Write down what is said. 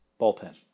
bullpen